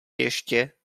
ještě